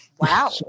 Wow